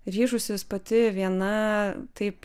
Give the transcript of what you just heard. ryžusis pati viena taip